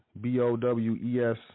B-O-W-E-S